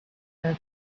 less